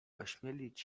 ośmielić